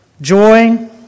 joy